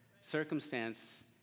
Circumstance